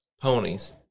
Ponies